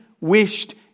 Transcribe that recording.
wished